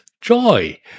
joy